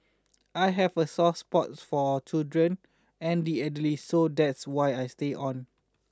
I have a soft spot for children and the elderly so that's why I stayed on